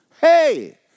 hey